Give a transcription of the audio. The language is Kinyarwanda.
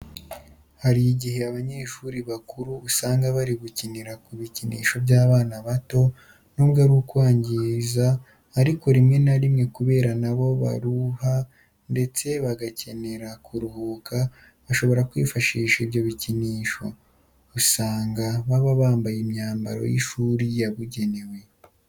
Hari igihe abanyeshuri bakuru usanga bari gukinira ku bikinisho by'abana bato, nubwo ari ukwangiza ariko rimwe na rimwe kubera na bo baruha ndetse bagakenera kuruhuka bashobora kwifashisha ibyo bikinisho. Usanga baba bambaye imyambaro y'ishuri yabugenewe.